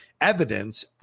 evidence